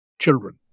children